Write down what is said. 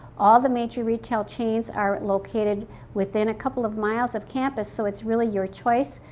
all the major retail chains are located within a couple of miles of campus so it's really your choice.